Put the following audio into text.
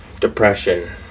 depression